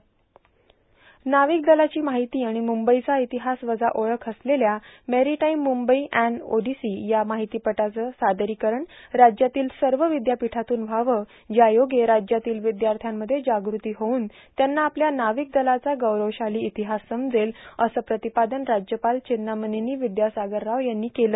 नार्ाावक दलाची महती अन मुंबईचा ईरातहास वजा ओळख असलेल्या मेरोटाईम मुंबई एन र्ओाडसी या मार्ाहतीपटाचं सादरांकरण राज्यातील सव र्वदर्यांपठातून व्हावं ज्यायोगे राज्यातील र्वददयाथ्यामध्ये जागृती होऊन त्यांना आपल्या नर्गावक दलाचा गौरवशालां ईातहास समजेल असं प्रातपादन राज्यपाल चेन्नामनेनी विद्यासागर राव यांनी केलं